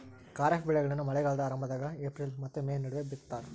ಖಾರಿಫ್ ಬೆಳೆಗಳನ್ನ ಮಳೆಗಾಲದ ಆರಂಭದಾಗ ಏಪ್ರಿಲ್ ಮತ್ತ ಮೇ ನಡುವ ಬಿತ್ತತಾರ